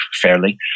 fairly